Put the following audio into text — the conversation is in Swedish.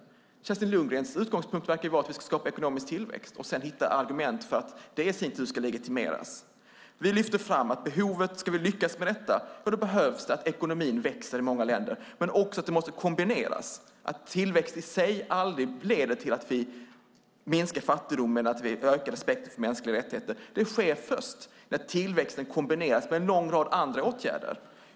Men Kerstin Lundgrens utgångspunkt verkar vara att vi ska skapa ekonomisk tillväxt och sedan hitta argument för att det i sin tur ska legitimeras. Vi lyfter fram att om vi ska lyckas med detta behöver ekonomin växa i många länder, men det måste också kombineras med annat. Tillväxt i sig leder aldrig till att vi minskar fattigdomen eller ökar respekten för mänskliga rättigheter. Det ser vi först när tillväxten kombineras med en lång rad andra åtgärder.